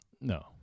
No